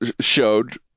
showed